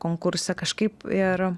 konkurse kažkaip ir